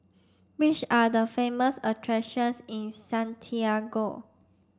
which are the famous attractions in Santiago